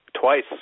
twice